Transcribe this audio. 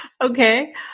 Okay